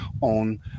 on